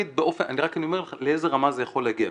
אני רק אומר לאיזו רמה זה יכול להגיע.